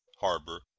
harbor,